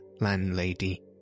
landlady